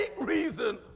reason